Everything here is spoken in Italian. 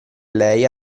lei